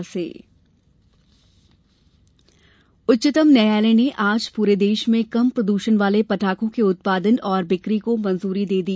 पटाखे उच्चतम न्यायालय ने आज पूरे देश में कम प्रदूषण वाले पटाखों के उत्पादन और बिक्री को मंजूरी दे दी